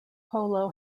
polo